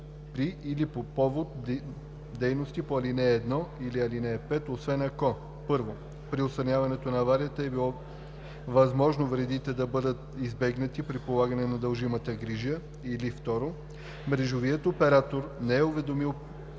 при или по повод дейностите по ал. 1 или 5, освен ако: 1. при отстраняването на аварията е било възможно вредите да бъдат избегнати при полагане на дължимата грижа, или 2. мрежовият оператор не е уведомил